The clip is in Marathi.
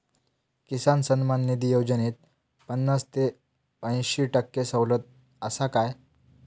किसान सन्मान निधी योजनेत पन्नास ते अंयशी टक्के सवलत आसा काय?